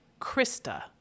Krista